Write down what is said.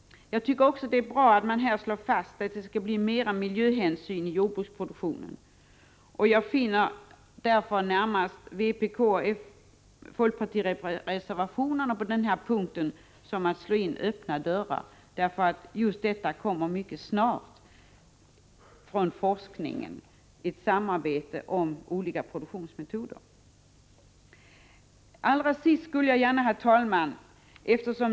Jag tycker också att det är bra att det slås fast att man kommer att ta mera miljöhänsyn i jordbruksproduktionen. Jag finner därför att vpk-fp-reservationerna på denna punkt slår in öppna dörrar. Forskningsrådet kommer snart att lägga fram en rapport om ett samarbete om olika produktionsmetoder. Allra sist, herr talman!